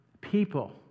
people